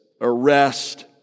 arrest